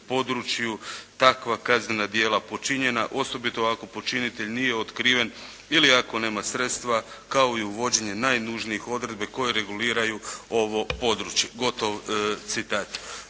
takva kaznena djela počinjena osobito ako počinitelj nije otkriven ili ako nema sredstva kao i uvođenje najnužnijih odredbi koje reguliraju ovo područje“, gotov citat.